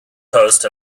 coast